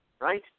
right